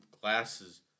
glasses